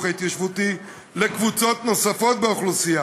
ההתיישבותי לקבוצות נוספות באוכלוסייה,